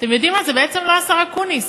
אתם יודעים מה, זה בעצם לא השר אקוניס,